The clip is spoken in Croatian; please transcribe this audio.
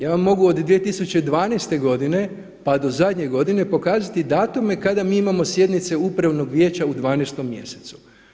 Ja vam mogu od 2012. godine pa do zadnje godine pokazati datume kada mi imamo sjednice upravnog vijeća u 12 mjesecu.